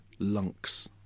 lunks